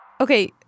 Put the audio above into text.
Okay